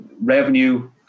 revenue